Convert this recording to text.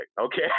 okay